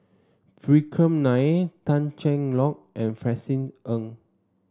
Vikram Nair Tan Cheng Lock and Francis Ng